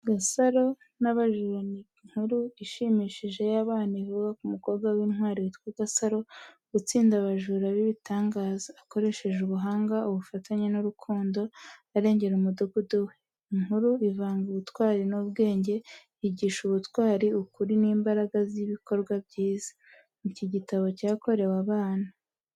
Gasaro n’Abajura ni inkuru ishimishije y’abana ivuga ku mukobwa w’intwari witwa Gasaro utsinda abajura b’ibitangaza. Akoresheje ubuhanga, ubufatanye n’urukundo, arengera umudugudu we. Inkuru ivanga ubutwari n’ubwenge, yigisha ubutwari, ukuri, n’imbaraga z’ibikorwa byiza. Iki gitabo cyakorewe abana.